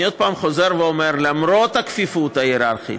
אני עוד פעם חוזר ואומר: למרות הכפיפות ההיררכית,